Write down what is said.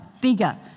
bigger